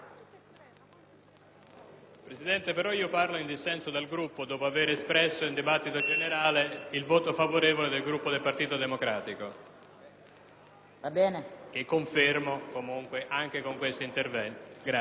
Presidente, prendo la parola in dissenso dal mio Gruppo, dopo aver espresso nel dibattito generale il voto favorevole del Gruppo del Partito Democratico, che confermo anche in questo intervento. Come